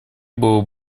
было